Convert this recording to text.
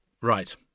Right